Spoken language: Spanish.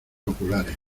oculares